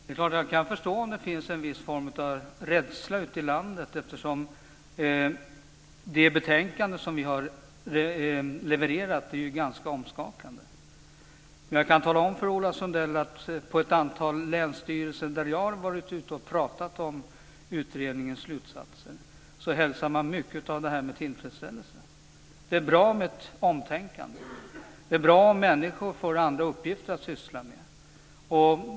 Herr talman! Jag kan förstå om det finns en viss rädsla ute i landet, eftersom det betänkande som vi har levererat är ganska omskakande. Men jag kan tala om för Ola Sundell att på ett antal länsstyrelser där jag har varit och pratat om utredningens slutsatser hälsar man mycket av det här med tillfredsställelse. Det är bra med ett omtänkande. Det är bra om människor får andra uppgifter att syssla med.